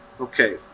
okay